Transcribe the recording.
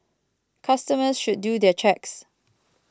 customers should do their checks